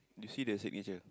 you see the signature